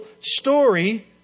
story